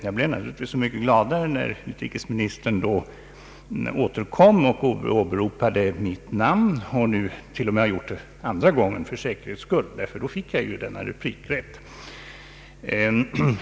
Jag blev naturligtvis så mycket gladare när utrikesministern återkom och åberopade mitt namn — och nu för säkerhets skull har gjort det för andra gången — eftersom jag på det sättet fick replikrätt.